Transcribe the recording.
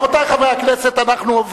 רבותי חברי הכנסת, אנחנו,